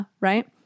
right